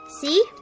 See